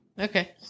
Okay